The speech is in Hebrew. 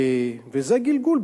וזה גלגול,